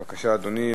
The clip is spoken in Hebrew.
בבקשה, אדוני.